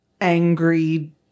angry